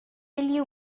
you